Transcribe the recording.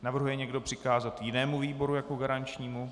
Navrhuje někdo přikázat jinému výboru jako garančnímu?